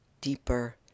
deeper